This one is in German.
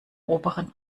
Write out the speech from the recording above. oberen